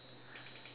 so um